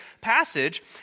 passage